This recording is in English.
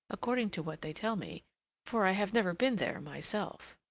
according to what they tell me for i have never been there myself.